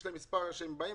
יש להם מספר, שהם באים,